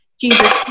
Jesus